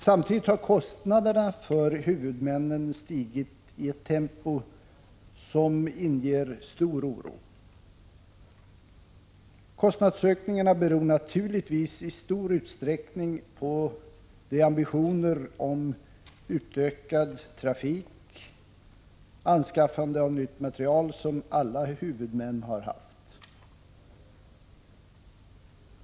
Samtidigt har kostnaderna för huvudmännen stigit i ett tempo som inger 39 stor oro. Kostnadsökningarna beror naturligtvis i stor utsträckning på de ambitioner om utökad trafik och anskaffande av nytt material som alla huvudmän haft.